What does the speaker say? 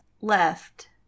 left